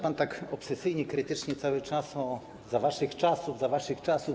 Pan tak obsesyjnie krytycznie cały czas mówi: za waszych czasów, za waszych czasów.